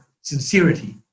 sincerity